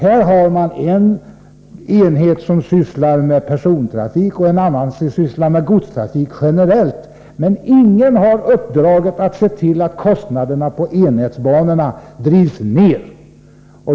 Här finns en enhet som sysslar med persontrafik och en annan som sysslar med godstrafik generellt, men ingen har uppdraget att se till att kostnaderna på enhetsbanorna drivs ner.